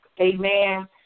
Amen